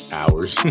hours